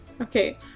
Okay